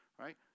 Right